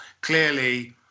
clearly